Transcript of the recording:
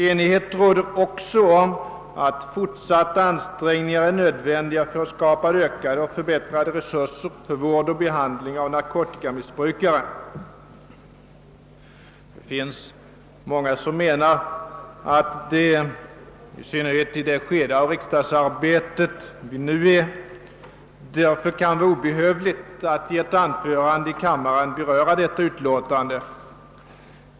Enighet råder också om att fortsatta ansträngningar är nödvändiga för att skapa ökade och förbättrade resurser för vård och behandling av narkotikamissbrukare. Det finns många som menar att det, i synnerhet i det skede av riksdagsarbetet vi nu befinner oss i, kan vara obehövligt att i ett anförande i kammaren beröra detta utlåtande.